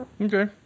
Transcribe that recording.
Okay